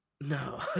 No